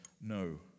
no